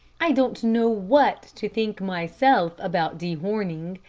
i don't know what to think myself about dehorning.